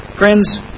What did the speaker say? Friends